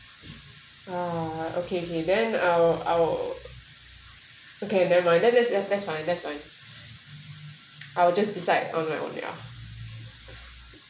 oh okay okay then I'll I'll okay never mind then that's fine that's fine I'll just decide on my own ya